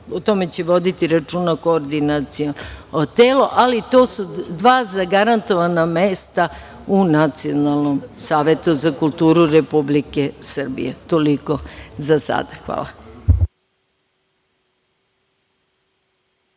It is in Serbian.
o tome će voditi računa koordinaciono telo, ali to su dva zagarantovana mesta u Nacionalnom savetu za kulturu Republike Srbije. Toliko za sada. Hvala.